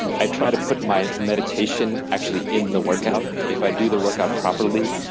i try to put my meditation actually in the workout. if i do the workout properly,